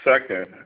Second